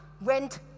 went